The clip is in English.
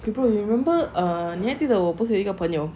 can you remember err 你还记得我不是有一个朋友